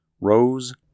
rose